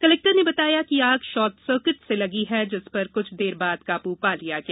collector ने बताया कि आग शॉर्ट सर्किट से लगी थी जिस पर कुछ देर बाद काबू पा लिया गया